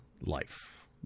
life